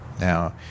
Now